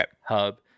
hub